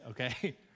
okay